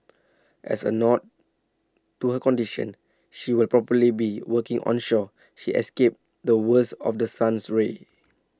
as A nod to her condition she will probably be working onshore she escape the worst of the sun's rays